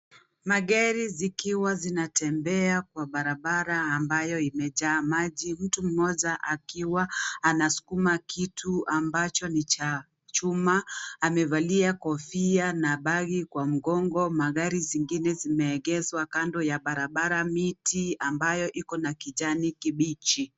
Magari zikiwa zinatembea kwa barabara ambayo imejaa maji, mtu mmoja akiwa, anaskuma kitu, ambacho ni cha, chuma, amevalia kofia na bagi kwa mgongo magari zingine zimeegezwa kando ya barabara miti ambayo iko na kijani kibichi.